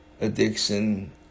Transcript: addiction